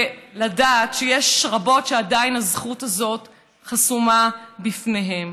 ולדעת שיש רבות שעדיין הזכות הזאת חסומה בפניהן.